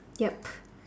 ya